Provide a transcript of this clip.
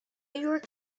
york